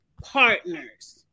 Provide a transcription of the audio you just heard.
partners